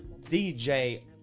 dj